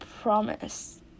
Promise